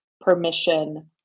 permission